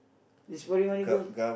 the four D money goes